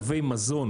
תווי מזון